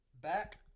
back